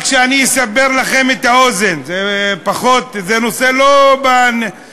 רק שאסבר לכם את האוזן, זה נושא לא במודה: